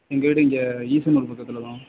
எங்கள் வீடு இங்கே ஈசனூர் பக்கத்தில் தான்